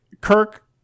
Kirk